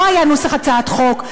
לא היה נוסח הצעת חוק.